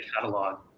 catalog